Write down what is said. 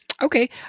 Okay